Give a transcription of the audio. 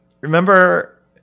Remember